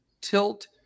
tilt